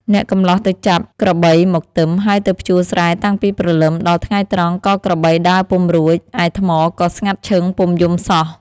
អ្នកកម្លោះទៅចាប់ក្របីមកទឹម ហើយទៅភ្ជួរស្រែតាំងពីព្រលឹមដល់ថ្ងៃត្រង់ក៏ក្របីដើរពុំរួច ឯថ្មក៏ស្ងាត់ឈឹងពុំយំសោះ។